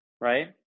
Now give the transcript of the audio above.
right